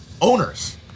owners